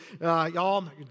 Y'all